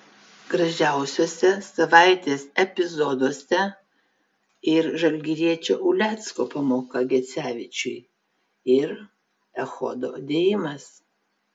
gražiausiuose savaitės epizoduose ir žalgiriečio ulecko pamoka gecevičiui ir echodo dėjimas